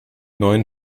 neuen